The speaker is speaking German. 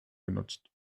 genutzt